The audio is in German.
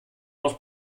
noch